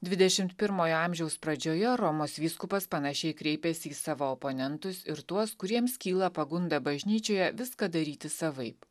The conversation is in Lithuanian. dvidešimt pirmojo amžiaus pradžioje romos vyskupas panašiai kreipėsi į savo oponentus ir tuos kuriems kyla pagunda bažnyčioje viską daryti savaip